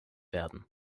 werden